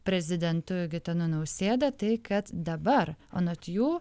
prezidentu gitanu nausėda tai kad dabar anot jų